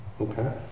Okay